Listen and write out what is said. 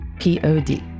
P-O-D